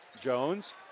Jones